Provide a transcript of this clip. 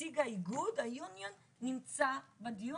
נציג האיגוד נמצא בדיון.